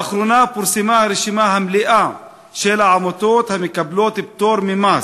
לאחרונה פורסמה הרשימה המלאה של העמותות המקבלות פטור ממס.